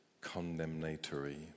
condemnatory